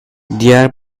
diğer